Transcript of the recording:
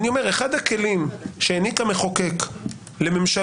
אני אומר שאחד הכלים שהעניק המחוקק לממשלה